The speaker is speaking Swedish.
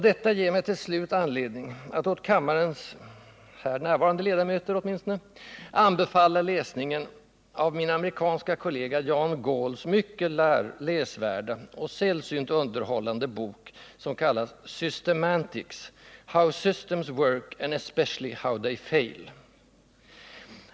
Detta ger mig till slut anledning att åt kammarens ledamöter — de här närvarande åtminstone — anbefalla läsningen av min amerikanska kollega John Galls mycket läsvärda och sällsynt underhållande bok, som kallas Systemantics — How Systems Work and Especially How They Fail.